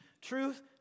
truth